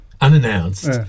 unannounced